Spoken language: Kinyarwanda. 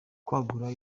kwagura